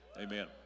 amen